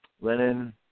Lenin